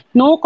no